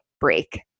break